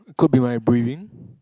could be my breathing